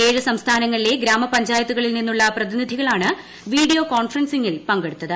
ഏഴ് സംസ്ഥാനങ്ങളിലെ ഗ്രാമപഞ്ചായത്തുകളിൽ നിന്നുള്ള പ്രതിനിധികളാണ് വീഡിയോ കോൺഫറൻസിങ്ങിൽ പങ്കെടുത്തത്